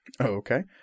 Okay